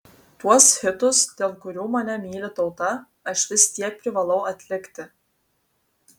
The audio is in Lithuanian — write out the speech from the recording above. tuos hitus dėl kurių mane myli tauta aš vis tiek privalau atlikti